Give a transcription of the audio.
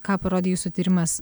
ką parodė jūsų tyrimas